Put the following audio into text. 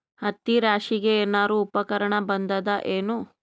ಹತ್ತಿ ರಾಶಿಗಿ ಏನಾರು ಉಪಕರಣ ಬಂದದ ಏನು?